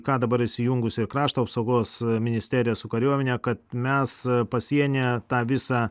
ką dabar įsijungus ir krašto apsaugos ministerija su kariuomene kad mes pasienyje tą visą